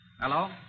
Hello